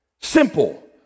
Simple